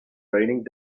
raining